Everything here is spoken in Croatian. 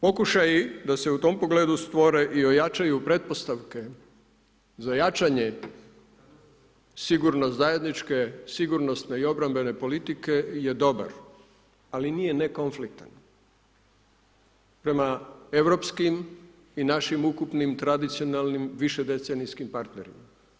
Pokušaji da se u tom pogledu stvore i ojačaju pretpostavke za jačanje sigurno zajedničke, sigurnosne i obrambene politike je dobar ali nije nekonfliktan prema europskim i našim ukupnim tradicionalnim, višedecenijskim partnerima.